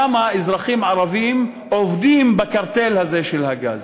כמה אזרחים ערבים עובדים בקרטל הזה של הגז?